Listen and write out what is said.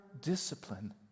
discipline